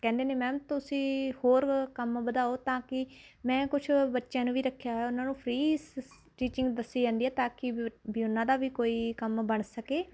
ਕਹਿੰਦੇ ਨੇ ਮੈਮ ਤੁਸੀਂ ਹੋਰ ਕੰਮ ਵਧਾਉ ਤਾਂ ਕਿ ਮੈਂ ਕੁਛ ਬੱਚਿਆਂ ਨੂੰ ਵੀ ਰੱਖਿਆ ਹੋਇਆ ਉਨ੍ਹਾਂ ਨੂੰ ਫ੍ਰੀ ਸਟਿਚਿੰਗ ਦੱਸੀ ਜਾਂਦੀ ਹੈ ਤਾਂ ਕਿ ਵੀ ਵੀ ਉਨ੍ਹਾਂ ਦਾ ਵੀ ਕੋਈ ਕੰਮ ਬਣ ਸਕੇ